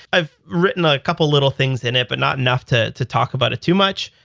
i've written a couple little things in it, but not enough to to talk about it too much.